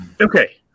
Okay